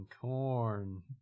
Corn